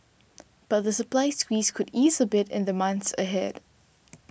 but the supply squeeze could ease a bit in the months ahead